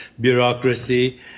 bureaucracy